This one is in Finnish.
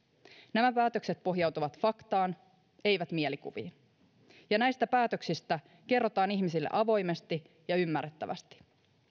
nämä päätökset pohjautuvat faktaan eivät mielikuviin ja näistä päätöksistä kerrotaan ihmisille avoimesti ja ymmärrettävästi